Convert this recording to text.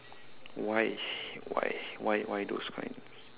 why why why why those kinds